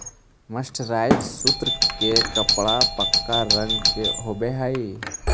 mercerised सूत के कपड़ा पक्का रंग के होवऽ हई